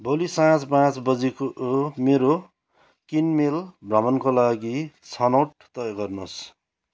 भोलि साँझ पाँच बजीको मेरो किनमेल भ्रमणका लागि छनौट तय गर्नुहोस्